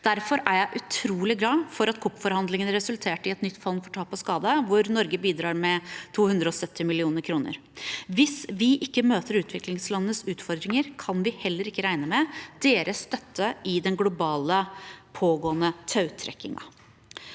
Derfor er jeg utrolig glad for at COPforhandlingene resulterte i et nytt fond for tap og skade, hvor Norge bidrar med 270 mill. kr. Hvis vi ikke møter utviklingslandenes utfordringer, kan vi heller ikke regne med deres støtte i den pågående globale tautrekkingen.